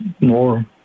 more